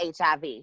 HIV